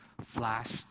flashed